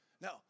No